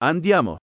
Andiamo